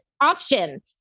option